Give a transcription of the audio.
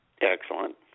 Excellent